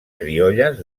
criolles